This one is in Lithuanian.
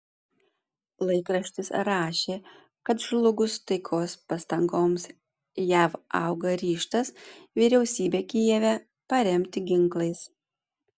laikraštis rašė kad žlugus taikos pastangoms jav auga ryžtas vyriausybę kijeve paremti ginklais